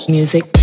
music